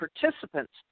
participants